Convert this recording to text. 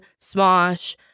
Smosh